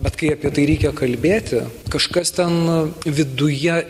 bet kai apie tai reikia kalbėti kažkas ten viduje